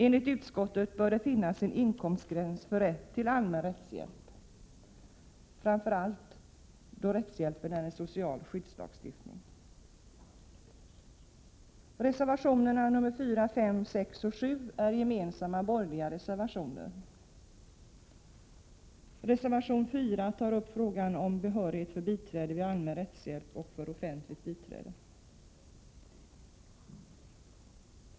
Enligt utskottet bör det finnas en inkomstgräns för rätt till allmän rättshjälp, framför allt då rättshjälpen är en social skyddslagstiftning. Reservation 4 tar upp frågan om behörighet för biträde vid allmän rättshjälp och offentligt biträde.